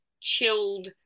chilled